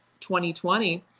2020